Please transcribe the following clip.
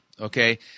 okay